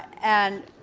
and